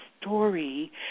story